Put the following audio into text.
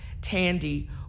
Tandy